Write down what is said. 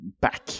back